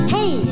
Hey